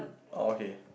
oh okay